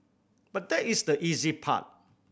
but that is the easy part